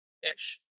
ish